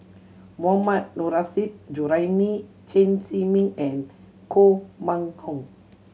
Mohammad Nurrasyid Juraimi Chen Zhiming and Koh Mun Hong